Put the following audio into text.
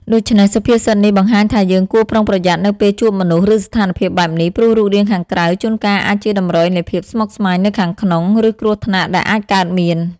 ដូច្នេះ សុភាសិតនេះបង្ហាញថាយើងគួរប្រុងប្រយ័ត្ននៅពេលជួបមនុស្ស ឬស្ថានភាពបែបនេះ ព្រោះរូបរាងខាងក្រៅជួនកាលអាចជាតម្រុយនៃភាពស្មុគស្មាញនៅខាងក្នុង ឬគ្រោះថ្នាក់ដែលអាចកើតមាន។